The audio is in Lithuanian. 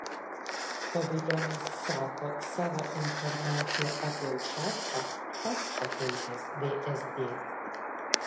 pavilionis sako savo informaciją apie ušacką pats pateikęs vsd